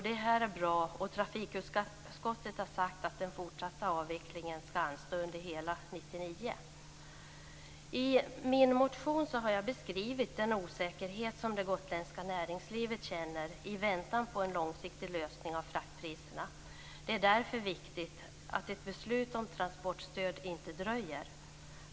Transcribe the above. Det är bra. Trafikutskottet har sagt att den fortsatta avvecklingen skall anstå under hela 1999. I min motion har jag beskrivit den osäkerhet som det gotländska näringslivet känner i väntan på en långsiktig lösning på frågan om fraktpriserna. Det är därför viktigt att ett beslut om transportstöd inte dröjer.